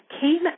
came